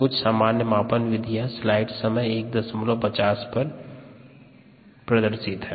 कुछ सामान्य मापन विधियाँ स्लाइड समय 0150 पर प्रदर्शित है